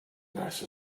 nice